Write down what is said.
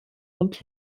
und